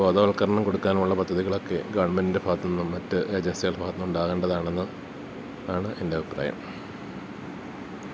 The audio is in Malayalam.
ബോധവത്കരണം കൊടുക്കാനുള്ള പദ്ധതികളൊക്കെ ഗവൺമെന്റിൻ്റെ ഭാഗത്തുനിന്നും മറ്റ് ഏജൻസികളുടെ ഭാഗത്തുനിന്നും ഉണ്ടാകേണ്ടതാണെന്നും ആണ് എൻ്റെ അഭിപ്രായം